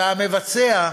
והמבצע,